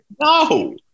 No